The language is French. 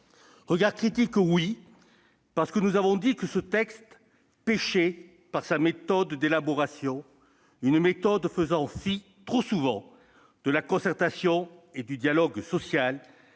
regard a été critique, parce que nous avons dit que ce texte péchait par sa méthode d'élaboration, une méthode faisant trop souvent fi de la concertation et du dialogue social,